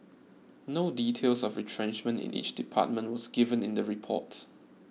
no details of retrenchment in each department was given in the report